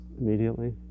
immediately